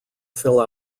fill